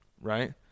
right